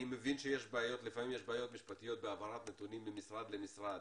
לפעמים יש בעיות משפטיות בהעברת נתונים ממשרד למשרד,